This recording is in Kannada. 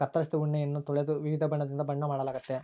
ಕತ್ತರಿಸಿದ ಉಣ್ಣೆಯನ್ನ ತೊಳೆದು ವಿವಿಧ ಬಣ್ಣದಿಂದ ಬಣ್ಣ ಮಾಡಲಾಗ್ತತೆ